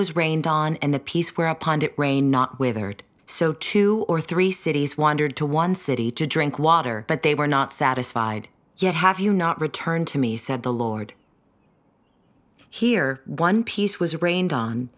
was rained on and the piece where upon it rain not withered so two or three cities wandered to one city to drink water but they were not satisfied yet have you not returned to me said the lord here one piece was rained on